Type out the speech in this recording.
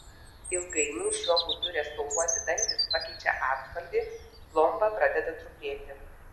ilgainiui šiuo būdu restauruoti dantys pakeičia atspalvį plomba pradeda trupėti